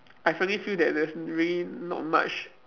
I finally feel that there's really not much